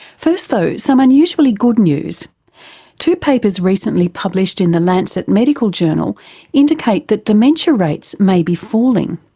first though, some unusually good news two papers recently published in the lancet medical journal indicate that dementia rates may be falling.